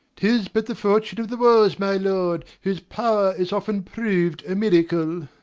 tis but the fortune of the wars, my lord, whose power is often prov'd a miracle.